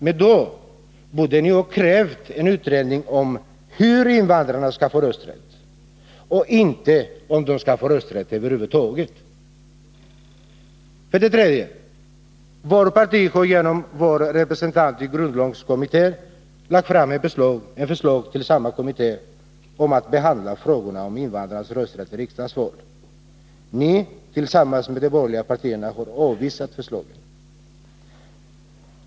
Men då borde ni ha krävt en utredning om hur invandrarna skall få rösträtt och inte om de skall få rösträtt över huvud taget. För det tredje: Vårt parti har genom vår representant i grundlagskommittén lagt fram förslag om att behandla frågorna om invandrarnas rösträtt i riksdagsval. Ni har tillsammans med de borgerliga partierna avvisat förslaget.